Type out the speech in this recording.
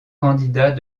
candidats